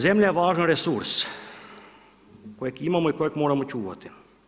Zemlja je važan resurs kojeg imamo i kojeg moramo čuvati.